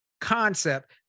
concept